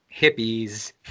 hippies